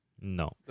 No